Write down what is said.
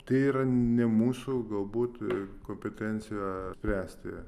tai yra ne mūsų galbūt kompetencija spręsti